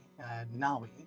nawi